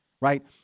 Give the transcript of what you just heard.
right